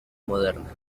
modernas